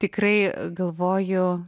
tikrai galvoju